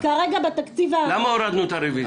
כי כרגע בתקציב --- למה הורדנו את הרוויזיה?